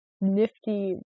nifty